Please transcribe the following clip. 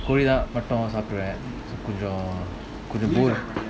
fulla mutton சாப்பிடுவேன்கொஞ்சம்:sapduven konjam